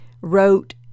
wrote